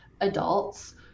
adults